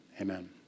amen